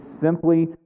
simply